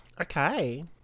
Okay